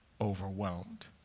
overwhelmed